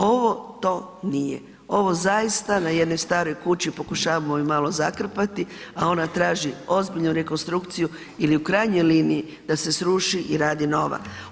Ovo to nije, ovo zaista na jednoj staroj kući pokušavamo ju malo zakrpati a ona traži ozbiljnu rekonstrukciju ili u krajnjoj liniji da se sruši i radi nova.